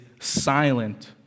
silent